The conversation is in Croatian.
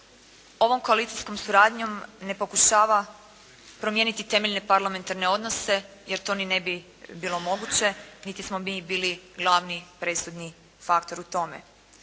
ovom koalicijskom suradnjom ne pokušava promijeniti temeljne parlamentarne odnose jer to ni ne bi bilo moguće, niti smo mi bili glavni presudni faktor u tome.